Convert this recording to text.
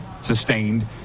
sustained